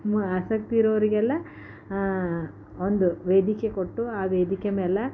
ಆಸಕ್ತಿ ಇರೋರಿಗೆಲ್ಲ ಒಂದು ವೇದಿಕೆ ಕೊಟ್ಟು ಆ ವೇದಿಕೆ ಮೇಲೆ